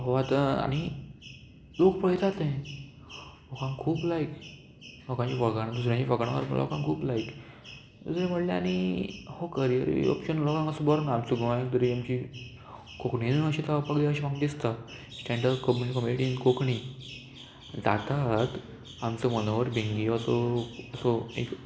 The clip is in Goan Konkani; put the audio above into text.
हो आतां आनी लोक पळयता तें लोकांक खूब लायक लोकांची फकांणां दुसऱ्यांची फकांणां मारपाक लोकांक खूब लायक दुसरें म्हणल्यार आनी हो करियर ऑप्शन लोकांक असो बरो ना आमच्या गोंयांत तरी आमची कोंकणीन अशें जावपाक जाय अशें म्हाका दिसता स्टँड कम्युन कम्युनिटीन कोंकणी जातात आमचो मनोहर भिंगी असो एक